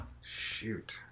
Shoot